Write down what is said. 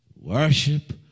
worship